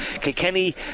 Kilkenny